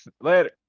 Later